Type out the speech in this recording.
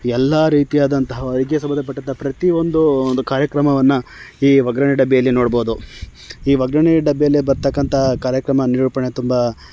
ಎಲ್ಲ ರೀತಿಯಾದಂಥ ಅಡುಗೆ ಸಂಬಂಧಪಟ್ಟಂತಹ ಪ್ರತಿ ಒಂದು ಒಂದು ಕಾರ್ಯಕ್ರಮವನ್ನು ಈ ಒಗ್ಗರಣೆ ಡಬ್ಬಿಯಲ್ಲಿ ನೋಡ್ಬೋದು ಈ ಒಗ್ಗರಣೆ ಡಬ್ಬಿಯಲ್ಲಿ ಬರ್ತಕ್ಕಂತಹ ಕಾರ್ಯಕ್ರಮ ನಿರೂಪಣೆ ತುಂಬ